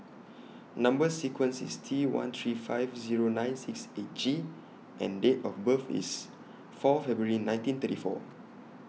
Number sequence IS T one three five Zero nine six eight G and Date of birth IS four February nineteen thirty four